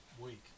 week